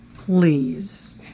Please